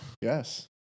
Yes